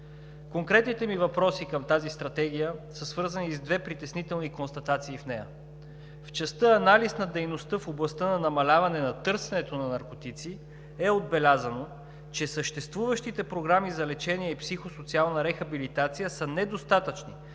Конкретните ми въпроси към тази стратегия са свързани с две притеснителни констатации в нея. В частта „Анализ на дейността в областта на намаляване на търсенето на наркотици“ е отбелязано, че съществуващите програми за лечение и психосоциална рехабилитация са недостатъчни